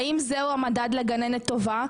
האם זה הוא מדד לגננת טובה?